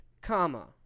comma